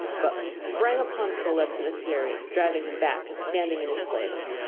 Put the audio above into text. buck sprang upon sol-leks in a fury, driving him back and standing in his place.